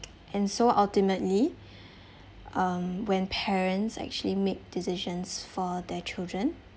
and so ultimately um when parents actually make decisions for their children